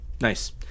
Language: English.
Nice